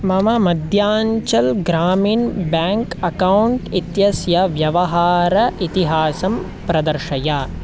मम Madhyanchal Gramin bank account इत्यस्य व्यवहार इतिहासं प्रदर्शय